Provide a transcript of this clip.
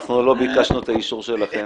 אנחנו לא ביקשנו את האישור שלכם,